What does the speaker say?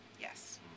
Yes